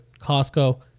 Costco